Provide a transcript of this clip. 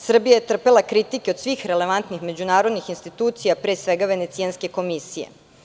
Srbija je trpela kritike od svih relevantnih međunarodnih institucija, pre svega od Venecijanske komisije.